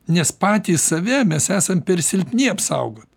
nes patys save mes esam per silpni apsaugot